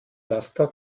laster